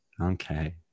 Okay